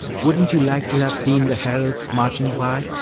wouldn't you like to have seen the heralds marching by,